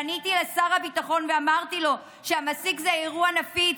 פניתי לשר הביטחון ואמרתי לו שהמסיק הוא אירוע נפיץ,